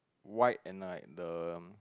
white and like the